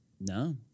No